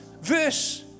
verse